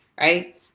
right